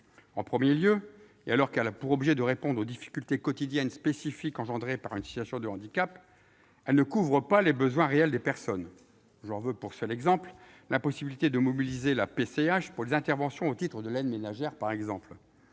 d'abord, et alors qu'elle a pour objet de répondre aux difficultés quotidiennes spécifiques engendrées par une situation de handicap, elle ne couvre pas les besoins réels des personnes. J'en veux pour seul exemple l'impossibilité de mobiliser la PCH pour les interventions au titre de l'aide-ménagère. Ensuite,